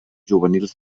juvenils